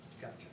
Gotcha